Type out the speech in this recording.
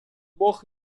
бог